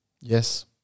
yes